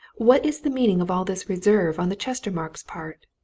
what is the meaning of all this reserve on the chestermarkes' part?